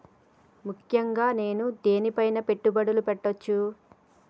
ముఖ్యంగా నేను దేని పైనా పెట్టుబడులు పెట్టవచ్చు?